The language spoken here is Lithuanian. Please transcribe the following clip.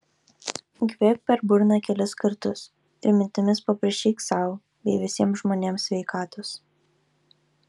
įkvėpk per burną kelis kartus ir mintimis paprašyk sau bei visiems žmonėms sveikatos